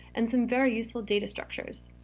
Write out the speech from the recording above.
and some very useful data structures.